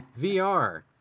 VR